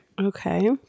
okay